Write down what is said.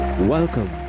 Welcome